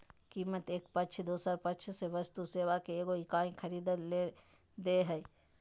कीमत एक पक्ष दोसर पक्ष से वस्तु सेवा के एगो इकाई खरीदय ले दे हइ